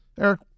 Eric